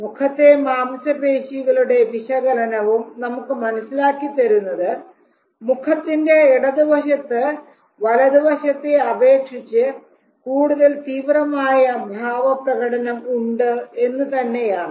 മുഖത്തെ മാംസപേശികളുടെ വിശകലനവും നമുക്ക് മനസ്സിലാക്കിത്തരുന്നത് മുഖത്തിന്റെ ഇടതുവശത്ത് വലതുവശത്തെ അപേക്ഷിച്ച് കൂടുതൽ തീവ്രമായ ഭാവപ്രകടനം ഉണ്ട് എന്ന് തന്നെയാണ്